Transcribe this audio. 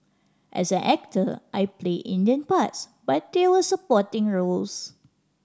as an actor I played Indian parts but they were supporting roles